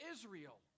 Israel